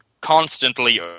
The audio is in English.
constantly